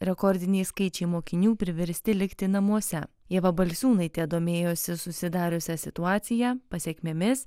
rekordiniai skaičiai mokinių priversti likti namuose ieva balsiūnaitė domėjosi susidariusia situacija pasekmėmis